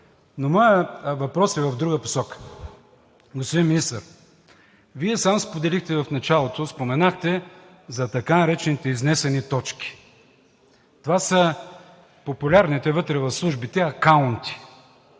Но моят въпрос е в друга посока. Господин Министър, Вие сам споделихте в началото, споменахте за така наречените изнесени точки. Това са популярните вътре в службите акаунти.